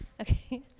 Okay